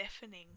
deafening